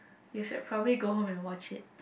you should probably go home and watch it